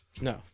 No